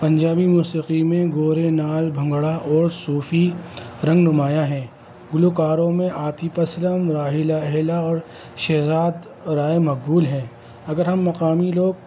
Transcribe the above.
پنجابی موسیقی میں گورے نال بھنگڑا اور صوفی رنگ نمایاں ہیں گلوکاروں میں عاطف اسلم راحیلہ ہلا اور شہزاد رائے مقبول ہیں اگر ہم مقامی لوگ